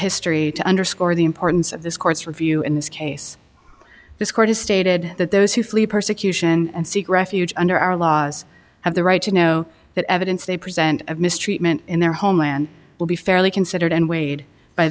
history to underscore the importance of this court's review in this case this court has stated that those who flee persecution and seek refuge under our laws have the right to know that evidence they present of mistreatment in their homeland will be fairly considered and weighed by